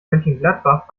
mönchengladbach